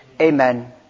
Amen